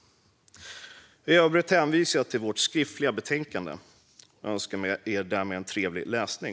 I övrigt hänvisar jag till vårt skriftliga betänkande och önskar er därmed trevlig läsning.